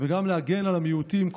וגם להגן על המיעוטים,